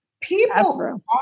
People